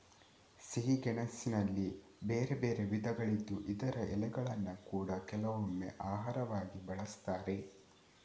ಸಿಹಿ ಗೆಣಸಿನಲ್ಲಿ ಬೇರೆ ಬೇರೆ ವಿಧಗಳಿದ್ದು ಇದರ ಎಲೆಗಳನ್ನ ಕೂಡಾ ಕೆಲವೊಮ್ಮೆ ಆಹಾರವಾಗಿ ಬಳಸ್ತಾರೆ